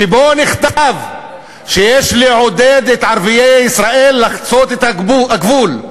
שבו נכתב שיש לעודד את ערביי ישראל לחצות את הגבול.